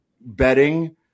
betting